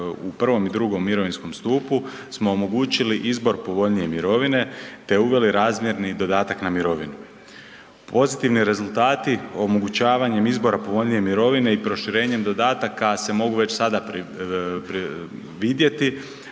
u I. i II. mirovinskom stupu smo omogućili izbor povoljnije mirovine te uveli razmjerni dodatak na mirovinu. Pozitivni rezultati omogućavanjem izbora povoljnije mirovine i proširenjem dodataka se mogu već sada vidjeti